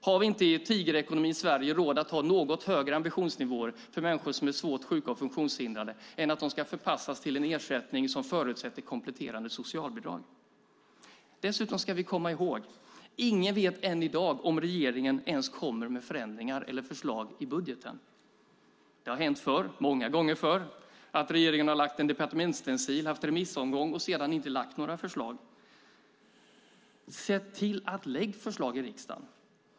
Har vi inte i tigerekonomin Sverige råd att ha något högre ambitionsnivåer för människor som är svårt sjuka och funktionshindrade än att de ska förpassas till en ersättning som förutsätter kompletterande socialbidrag? Dessutom ska vi komma ihåg att ingen i dag vet om regeringen ens kommer med förändringar eller förslag i budgeten. Det har hänt många gånger förr att regeringen har lagt fram en departementsstencil, haft remissomgång och sedan inte lagt fram några förslag. Se till att lägga fram förslag i riksdagen!